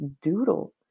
doodle